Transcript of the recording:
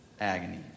agony